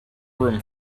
room